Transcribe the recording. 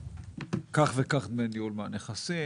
כך וכך דמי ניהול מהנכסים,